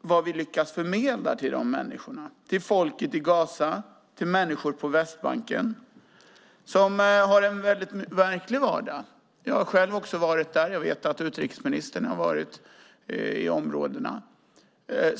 vad vi lyckas förmedla till de människorna, till folket i Gaza, till människor på Västbanken, som har en verklig vardag. Jag har själv också varit där och vet att utrikesministern har varit i områdena.